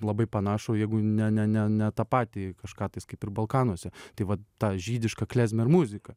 labai panašų jeigu ne ne ne ne tą patį kažką tais kaip ir balkanuose tai vat tą žydišką klezmer muziką